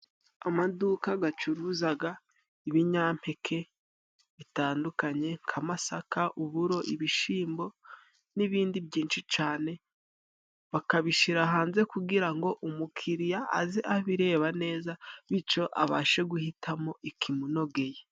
Amaduka gacuruzaga ibinyampeke bitandukanye nka masaka uburo ibishimbo n'ibindi byinshi cane, bakabishira hanze kugira ngo umukiriya aze abireba neza, bityo abashe guhitamo ikimunogeye.